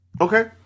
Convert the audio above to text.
Okay